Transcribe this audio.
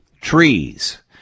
trees